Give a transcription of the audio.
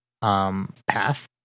path